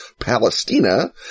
Palestina